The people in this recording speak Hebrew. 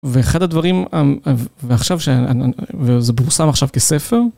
ואחד הדברים, ועכשיו ש, וזה פורסם עכשיו כספר.